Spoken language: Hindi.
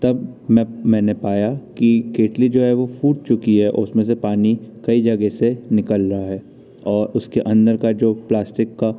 तब मैंने पाया कि केतली जो है वह फूट चुकी है और उसमें से पानी कई जगह से निकल रहा है और उसके अंदर का जो प्लास्टिक का